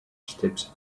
steps